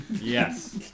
Yes